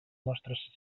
nostres